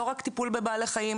לא רק טיפול בבעלי חיים,